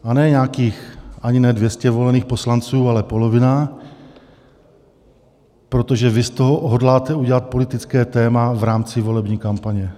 A ne nějakých ani ne dvě stě volených poslanců, ale polovina, protože vy z toho hodláte udělat politické téma v rámci volební kampaně.